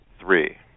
Three